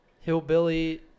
hillbilly